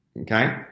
Okay